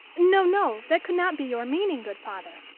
no, no! that could not be your meaning, good father.